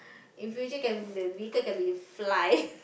in future can the vehicle can be to fly